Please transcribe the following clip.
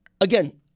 again